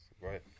right